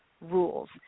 rules